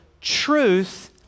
truth